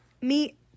meet